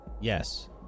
Yes